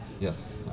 Yes